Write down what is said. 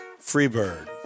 Freebird